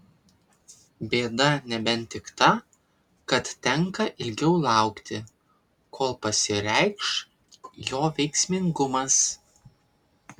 bėda nebent tik ta kad tenka ilgiau laukti kol pasireikš jo veiksmingumas